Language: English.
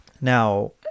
now